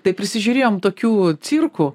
taip prisižiūrėjom tokių cirkų